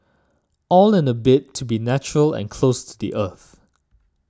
all in a bid to be natural and close to the earth